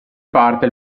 parte